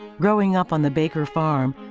growing up on the baker farm,